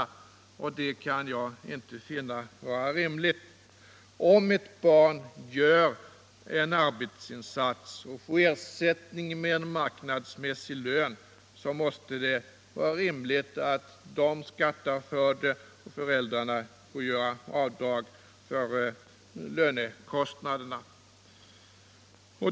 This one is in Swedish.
Nr 76 Det kan jag inte finna vara rimligt. Om ett barn gör en arbetsinsats Fredagen den och får ersättning med en marknadsmässig lön, måste det vara rimligt 5 mars 1976 att barnet skattar för det och föräldrarna får göra avdrag för lönekost= = naderna.